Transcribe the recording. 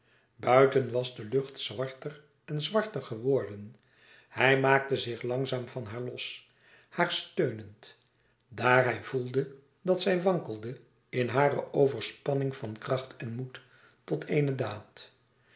buiten was de lucht zwarter en zwarter geworden hij maakte zich langzaam van haar los haar steunend daar hij voelde dat zij wankelde in hare overspanning van kracht en moed tot